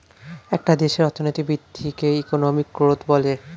একটা দেশের অর্থনৈতিক বৃদ্ধিকে ইকোনমিক গ্রোথ বলে